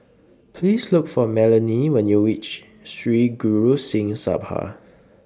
Please Look For Melonie when YOU REACH Sri Guru Singh Sabha